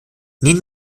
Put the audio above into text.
neben